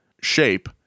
shape